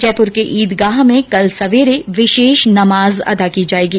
जयपुर के ईदगाह में कल सवेरे विशेष नमाज अदा की जाएगी